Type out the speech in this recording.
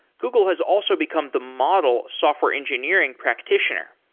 google has also become the model software engineering practitioner.